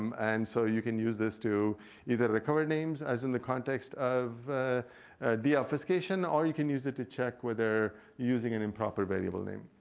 um and so you can use this to either recover names as in the context of de-obfuscation, or you can use it to check whether you're using an improper variable name.